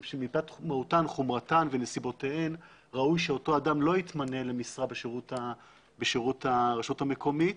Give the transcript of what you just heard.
חומרתן ונסיבותיהן ראוי שאותו אדם לא יתמנה למשרה ברשות המקומית.